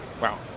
Wow